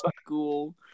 school